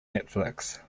netflix